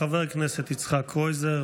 חבר הכנסת יצחק קרויזר.